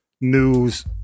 news